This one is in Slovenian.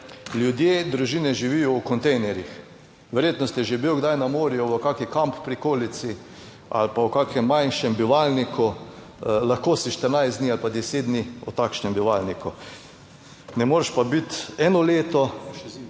ljudje, družine živijo v kontejnerjih, verjetno ste že bil kdaj na morju v kaki kamp prikolici ali pa v kakem manjšem bivalniku. Lahko si 14 dni ali pa deset dni v takšnem bivalniku, ne moreš pa biti eno leto,